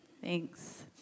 Thanks